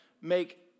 make